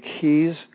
keys